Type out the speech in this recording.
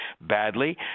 badly